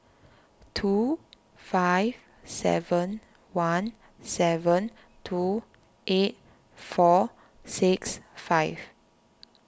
two five seven one seven two eight four six five